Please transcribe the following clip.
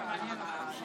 אני מודיע לכולם,